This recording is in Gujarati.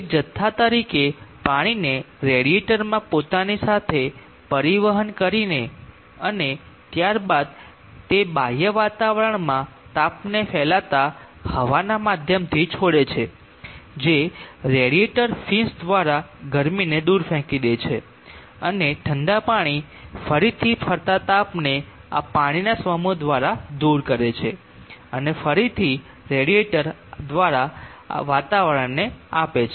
એક જથ્થા તરીકે પાણીને રેડિએટરમાં પોતાની સાથે પરિવહન કરીને અને ત્યારબાદ તે બાહ્ય વાતાવરણમાં તાપને ફેલાતા હવાના માધ્યમથી છોડે છે જે રેડિયેટર ફિન્સ દ્વારા ગરમીને દૂર ફેંકી દે છે અને ઠંડા પાણી ફરીથી ફરતા તાપને આ પાણીના સમૂહ દ્વારા દૂર કરે છે અને અને ફરીથી રેડિએટર દ્વારા વાતાવરણને આપે છે